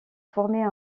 former